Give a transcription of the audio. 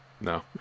No